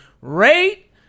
rate